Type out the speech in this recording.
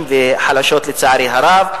לצערי הרב.